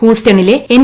ഹൂസ്റ്റണിലെ N